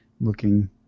looking